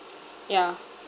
yeah